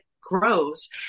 grows